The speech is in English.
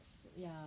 ya